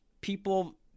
people